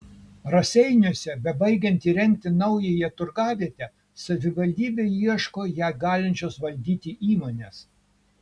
raseiniuose bebaigiant įrengti naująją turgavietę savivaldybė ieško ją galinčios valdyti įmonės